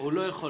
הוא לא יכול